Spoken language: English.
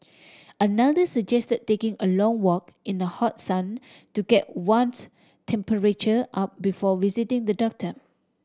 another suggest taking a long walk in the hot sun to get one's temperature up before visiting the doctor